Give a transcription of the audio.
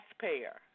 taxpayer